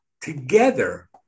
together